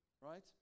right